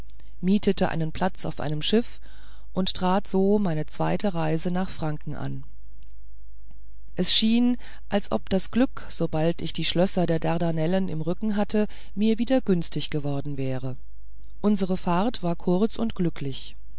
mietete einen platz auf einem schiff und trat so meine zweite reise nach franken an es schien als ob das glück sobald ich die schlösser der dardanellen im rücken hatte mir wieder günstig geworden wäre unsere fahrt war kurz und glücklich